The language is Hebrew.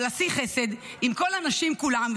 אבל עשי חסד עם כל הנשים כולן,